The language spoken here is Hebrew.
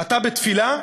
"אתה בתפילה?"